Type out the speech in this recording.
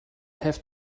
have